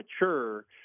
mature